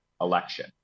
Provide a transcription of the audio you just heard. election